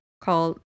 called